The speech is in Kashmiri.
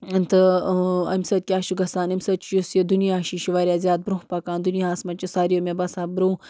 تہٕ اَمۍ سۭتۍ کیٛاہ چھُ گژھان اَمۍ سۭتۍ چھُ یُس یہِ دُنیا چھِ یہِ چھِ واریاہ زیادٕ برٛونٛہہ پکان دُنیاہَس منٛز چھِ ساروی مےٚ باسان برٛونٛہہ